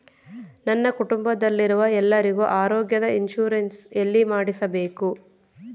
ನನ್ನ ಕುಟುಂಬದಲ್ಲಿರುವ ಎಲ್ಲರಿಗೂ ಆರೋಗ್ಯದ ಇನ್ಶೂರೆನ್ಸ್ ಎಲ್ಲಿ ಮಾಡಿಸಬೇಕು?